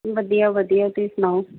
ਵਧੀਆ ਵਧੀਆ ਤੁਸੀਂ ਸੁਣਾਓ